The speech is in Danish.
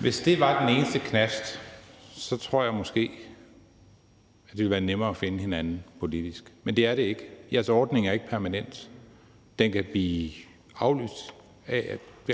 Hvis det var den eneste knast, tror jeg måske, det ville være nemmere at finde hinanden politisk. Men det er det ikke. Jeres ordning er ikke permanent; den kan blive